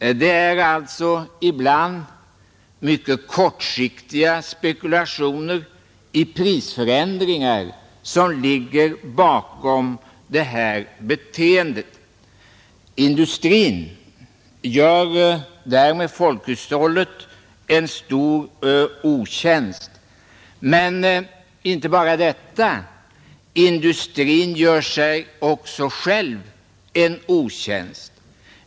Det är alltså ibland mycket kortsiktiga spekulationer i prisförändringar som ligger bakom detta beteende. Industrin gör därmed folkhushållet en stor otjänst. Men inte bara det. Industrin gör sig också själv en otjänst.